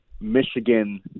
Michigan